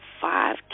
five